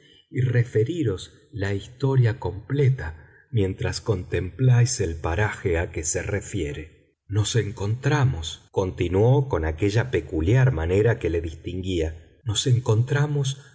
y referiros la historia completa mientras contempláis el paraje a que se refiere nos encontramos continuó con aquella peculiar manera que le distinguía nos encontramos